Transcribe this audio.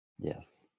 Yes